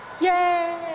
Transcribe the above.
Yay